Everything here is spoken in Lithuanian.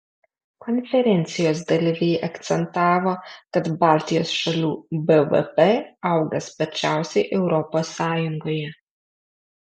konferencijos dalyviai akcentavo kad baltijos šalių bvp auga sparčiausiai europos sąjungoje